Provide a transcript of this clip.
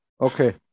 Okay